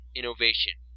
innovation